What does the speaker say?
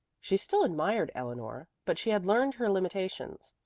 she still admired eleanor, but she had learned her limitations.